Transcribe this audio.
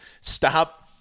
stop